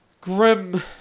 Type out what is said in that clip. grim